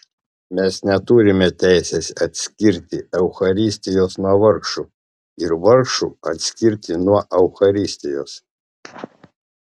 mes neturime teisės atskirti eucharistijos nuo vargšų ir vargšų atskirti nuo eucharistijos